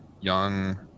young